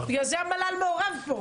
בגלל זה המל"ל מעורב פה.